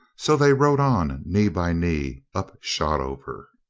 so they rode on knee by knee up shotover.